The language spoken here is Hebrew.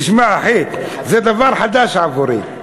תשמע, אחי, זה דבר חדש עבורי.